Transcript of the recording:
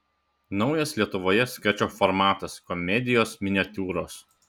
naujas lietuvoje skečo formatas komedijos miniatiūros